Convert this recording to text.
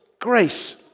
grace